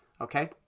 okay